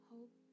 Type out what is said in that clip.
Hope